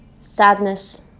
sadness